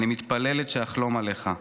אני מתפללת שאחלום עליך.